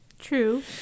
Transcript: True